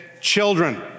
children